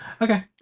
okay